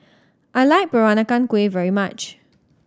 I like Peranakan Kueh very much